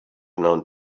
known